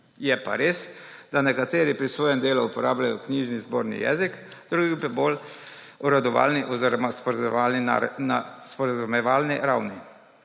Je pa res, da nekateri pri svojem delu uporabljajo knjižni zborni jezik, drugi pa bolj uradovalni oziroma na sporazumevalni ravni.